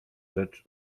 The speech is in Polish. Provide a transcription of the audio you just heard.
rzecz